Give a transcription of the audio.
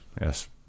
Yes